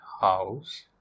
house